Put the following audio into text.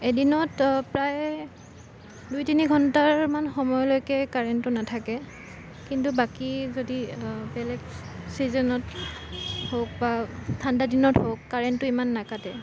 এদিনত প্ৰায় দুই তিনিঘণ্টাৰমান সময়লৈকে কাৰেণ্টটো নাথাকে কিন্তু বাকী যদি বেলেগ চীজনত হওক বা ঠাণ্ডাৰ দিনত হওক কাৰেণ্টটো ইমান নাকাটে